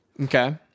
Okay